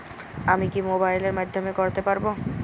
আমি কি মোবাইলের মাধ্যমে করতে পারব?